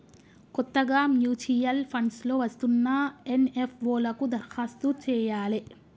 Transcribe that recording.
కొత్తగా mutual funds లో వస్తున్న ఎన్.ఎఫ్.ఓ లకు దరఖాస్తు చెయ్యాలే